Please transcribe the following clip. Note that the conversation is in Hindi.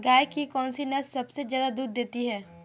गाय की कौनसी नस्ल सबसे ज्यादा दूध देती है?